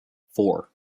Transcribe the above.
four